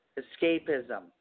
escapism